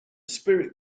spirit